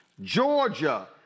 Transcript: Georgia